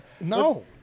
No